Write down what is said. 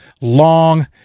long